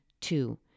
two